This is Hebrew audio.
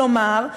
כלומר,